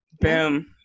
boom